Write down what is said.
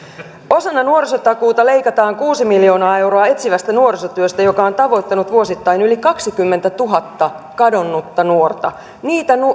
osana nuorisotakuuta leikataan kuusi miljoonaa euroa etsivästä nuorisotyöstä joka on tavoittanut vuosittain yli kaksikymmentätuhatta kadonnutta nuorta niitä